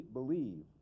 believe